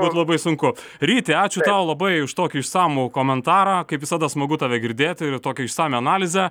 būtų labai sunku ryti ačiū tau labai už tokį išsamų komentarą kaip visada smagu tave girdėti ir tokią išsamią analizę